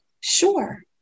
Sure